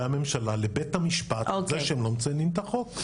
הממשלה לבית המשפט על זה שהם לא מקיימים את החוק.